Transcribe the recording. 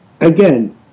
Again